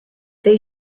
they